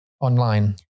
online